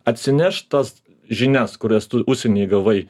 atsineš tas žinias kurias tu užsienyje gavai